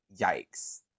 yikes